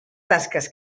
tasques